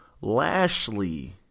Lashley